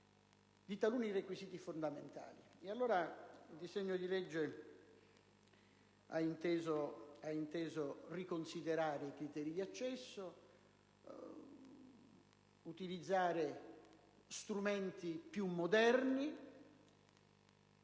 di taluni requisiti fondamentali. E allora il disegno di legge ha inteso riconsiderare i titoli di accesso, utilizzare strumenti più moderni